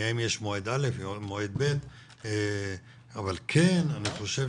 אם יש מועד א', מועד ב', אבל אני כן חושב